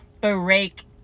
break